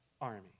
army